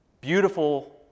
beautiful